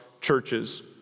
churches